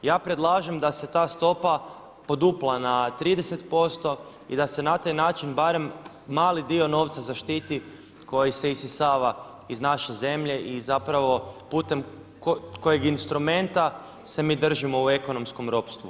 Ja predlažem da se ta stopa podupla na 30% i da se na taj način barem mali dio novca zaštiti koji se isisava iz naše zemlje i zapravo putem kojeg instrumenta se mi držimo u ekonomskom ropstvu.